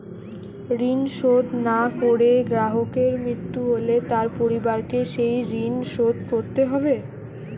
ঋণ শোধ না করে গ্রাহকের মৃত্যু হলে তার পরিবারকে সেই ঋণ শোধ করতে হবে?